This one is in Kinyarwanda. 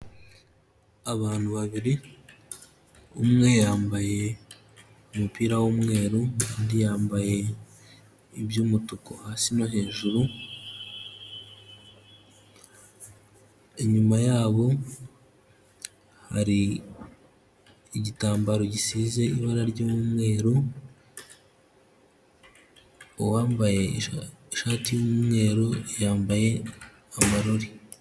Abantu babiri, umwe yambaye umupira w'umweru undi yambaye iby'umutuku hasi no hejuru, inyuma yabo hari igitambaro gisize ibara ry'umweru uwambaye ishati y'umweru yambaye amarori.